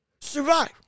survive